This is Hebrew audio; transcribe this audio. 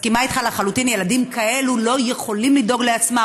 מסכימה איתך לחלוטין: ילדים כאלו לא יכולים לדאוג לעצמם.